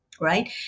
right